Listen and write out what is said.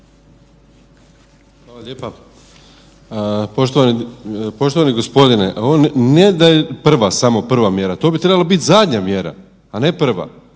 Hvala lijepa. Poštovani gospodine. On ne da je prva samo prva mjera, to bi trebalo biti zadnja mjera, a ne prva.